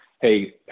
Hey